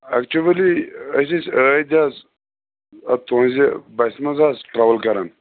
actually أسۍ ٲسۍ ٲدۍ حظ اَتھ تُہٕنٛزِ بَسہِ منٛز حظ ٹرٛاوٕل کَران